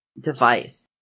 device